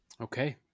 Okay